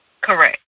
Correct